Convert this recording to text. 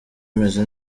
meze